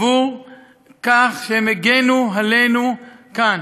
כדי להגן עלינו, כאן.